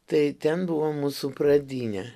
tai ten buvo mūsų pradinė